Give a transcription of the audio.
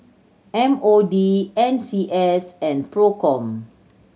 M O D N C S and Procom